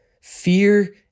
Fear